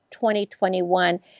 2021